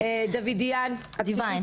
יש פה את הפרקליטות,